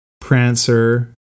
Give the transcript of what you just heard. Prancer